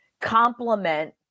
complement